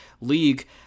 league